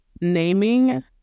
naming